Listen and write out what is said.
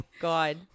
God